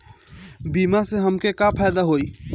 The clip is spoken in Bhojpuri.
बीमा से हमके का फायदा होई?